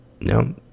No